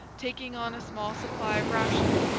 taking on a small supply of rations,